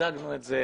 הצגנו את זה,